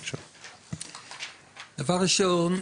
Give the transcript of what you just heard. דבר ראשון,